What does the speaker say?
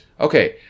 okay